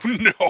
no